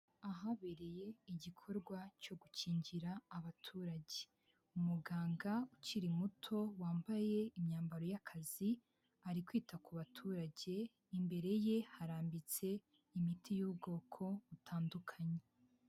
Ahabereye igikorwa cyo gukingira abaturage. Umuganga ukiri muto, wambaye imyambaro y'akazi, ari kwita ku baturage, imbere ye harambitse imiti y'ubwoko butandukanye.